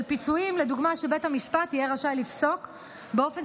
פיצויים לדוגמה שבית המשפט יהיה רשאי לפסוק באופן